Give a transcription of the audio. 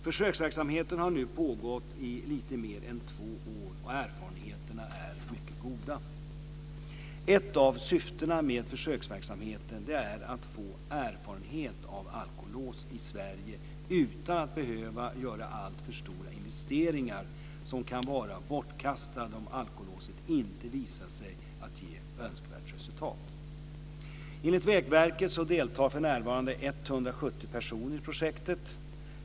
Försöksverksamheten har nu pågått i lite mer än två år och erfarenheterna är mycket goda. Ett av syftena med försöksverksamheten är att få erfarenhet av alkolås i Sverige utan att behöva göra alltför stora investeringar som kan vara bortkastade om alkolåset inte visar sig ge önskvärt resultat. Enligt Vägverket deltar för närvarande 170 personer i projektet.